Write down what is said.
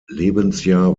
lebensjahr